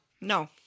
No